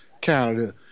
Canada